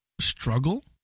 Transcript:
struggle